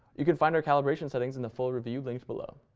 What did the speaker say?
you can find our calibration settings in the full review, linked below.